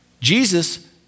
Jesus